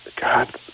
God